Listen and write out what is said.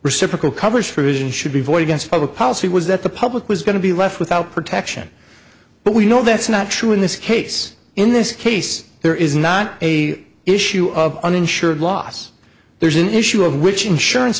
reciprocal coverage for vision should be void hence public policy was that the public was going to be left without protection but we know that's not true in this case in this case there is not a issue of uninsured loss there's an issue of which insurance